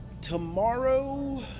tomorrow